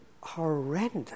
horrendous